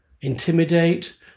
intimidate